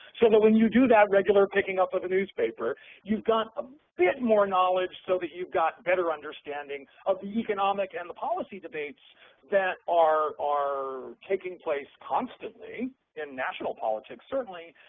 so that when you do that regular picking up of the newspaper you've got a bit more knowledge so that you've got better understanding of the economic and the policy policy debates that are are taking place constantly in national politics certainly,